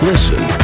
Listen